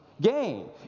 Gain